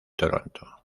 toronto